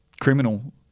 criminal